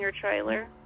trailer